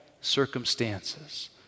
circumstances